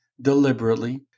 deliberately